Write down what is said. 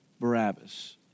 Barabbas